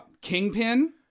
Kingpin